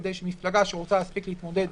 כדי שמפלגה שרוצה להספיק להתמודד